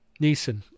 Neeson